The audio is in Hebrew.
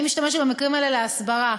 אני משתמשת במקרים האלה להסברה,